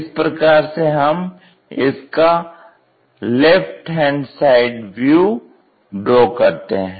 इस प्रकार से हम इसका LHS व्यू ड्रॉ करते हैं